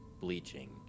bleaching